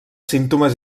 símptomes